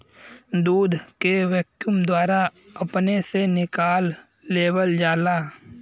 दूध के वैक्यूम द्वारा अपने से निकाल लेवल जाला